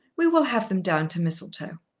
we will have them down to mistletoe.